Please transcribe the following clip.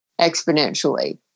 exponentially